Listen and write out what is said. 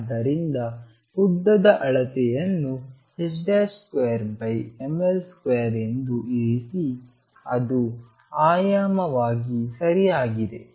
ಆದ್ದರಿಂದ ಉದ್ದದ ಅಳತೆಯನ್ನು 2mL2 ಎಂದು ಇರಿಸಿ ಅದು ಆಯಾಮವಾಗಿ ಸರಿಯಾಗಿದೆ